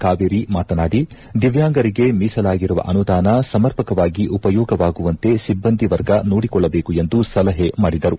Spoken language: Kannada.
ಕಾವೇರಿ ಮಾತನಾಡಿ ದಿವ್ಯಾಂಗರಿಗೆ ಮೀಸಲಾಗಿರುವ ಅನುದಾನ ಸಮರ್ಪಕವಾಗಿ ಉಪಯೋಗವಾಗುವಂತೆ ಸಿಬ್ಬಂದಿ ವರ್ಗ ನೋಡಿಕೊಳ್ಳಬೇಕು ಎಂದು ಸಲಹೆ ಮಾಡಿದರು